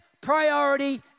priority